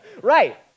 Right